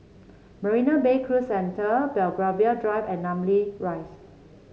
Marina Bay Cruise Centre Belgravia Drive and Namly Rise